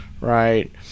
Right